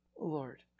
Lord